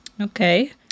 Okay